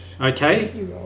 Okay